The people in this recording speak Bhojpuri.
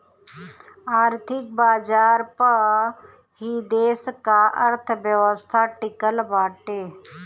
आर्थिक बाजार पअ ही देस का अर्थव्यवस्था टिकल बाटे